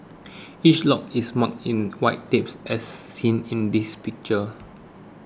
each lot is marked in white tape as seen in this picture